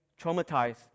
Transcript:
traumatized